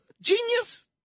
genius